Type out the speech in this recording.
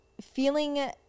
feeling